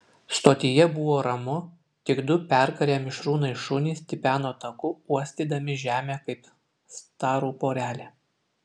stotyje buvo ramu tik du perkarę mišrūnai šunys tipeno taku uostydami žemę kaip starų porelė